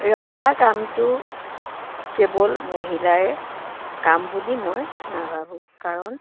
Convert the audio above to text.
ৰন্ধা কামটো কেৱল মহিলাৰ কাম বুলি মই নাভাবোঁ কাৰণ